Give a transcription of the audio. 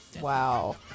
Wow